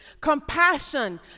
Compassion